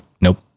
Nope